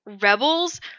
Rebels